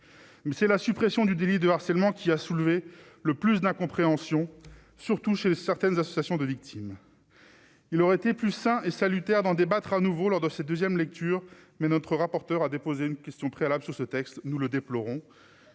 mais c'est la suppression du délit de harcèlement qui a soulevé le plus d'incompréhension, surtout chez certaines associations de victimes, il aurait été plus sain et salutaire d'en débattre à nouveau lors de cette deuxième lecture, mais notre rapporteur à déposer une question préalable sur ce texte, nous le déplorons